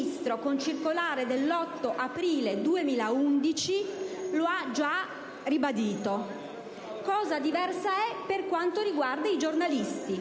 il Ministro, con circolare dell'8 aprile 2011, lo ha già ribadito. Cosa diversa è per quanto riguarda i giornalisti,